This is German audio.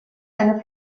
eine